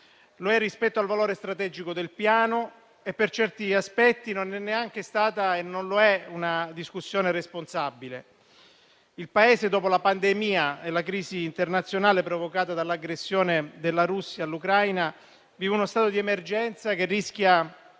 Lo è rispetto al valore strategico del Piano e, per certi aspetti, non è neanche stata una discussione responsabile. Il Paese, dopo la pandemia e la crisi internazionale provocata dall'aggressione della Russia all'Ucraina, vive uno stato di emergenza che rischia